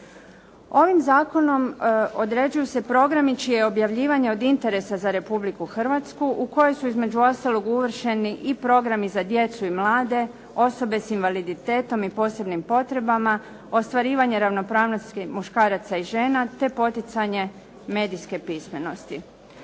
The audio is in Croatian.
Ovim zakonom određuju se programi čije je objavljivanje od interesa za Republiku Hrvatsku u koji su između ostalog uvršteni i programi za djecu i mlade, osobe s invaliditetom i posebnim potrebama, ostvarivanje ravnopravnosti muškaraca i žena, te poticanje medijske pismenosti.